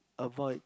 avoid